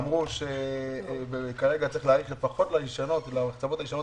אמרו שצריך להאריך למחצבות הישנות אבל לא